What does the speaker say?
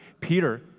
Peter